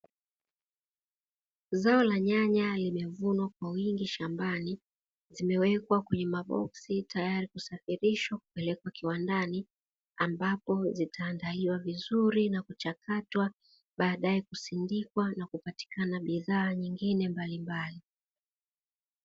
Zao la nyanya limevunwa kwa wingi shambani, zimewekwa kwenye maboksi tayari kusafirishwa kupelekwa kiwandani, ambapo zitaandaliwa vizuri na kuchakatwa, baadaye kusindikwa na kupatikana bidhaa nyingine mbalimbali.